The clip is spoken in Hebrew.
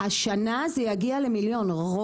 השנה זה יגיע ל- 1 מיליון,.